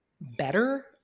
better